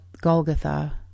Golgotha